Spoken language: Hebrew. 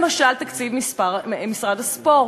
למשל, תקציב משרד הספורט: